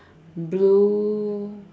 blue